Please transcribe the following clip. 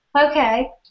Okay